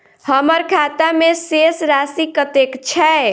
हम्मर खाता मे शेष राशि कतेक छैय?